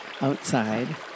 outside